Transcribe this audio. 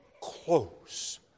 close